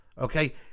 Okay